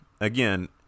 Again